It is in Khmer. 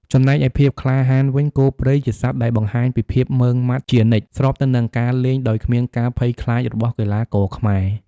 ចំណែកឯភាពក្លាហានវិញ គោព្រៃជាសត្វដែលបង្ហាញពីភាពម៉ឺងម៉ាត់ជានិច្ច ស្របទៅនឹងការលេងដោយគ្មានការភ័យខ្លាចរបស់កីឡាករខ្មែរ។